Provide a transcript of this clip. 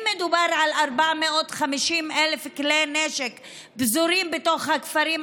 אם מדובר על 450,000 כלי נשק שפזורים בתוך הכפרים,